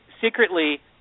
secretly